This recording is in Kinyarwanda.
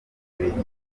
bubiligi